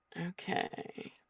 Okay